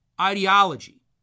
ideology